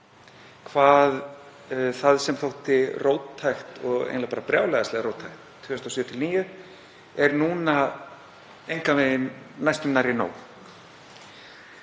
hvað það sem þótti róttækt og eiginlega bara brjálæðislega róttækt 2007–2009 er núna engan veginn næstum nærri nóg.